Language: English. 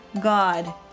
God